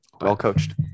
Well-coached